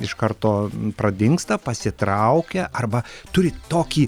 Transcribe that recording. iš karto pradingsta pasitraukia arba turi tokį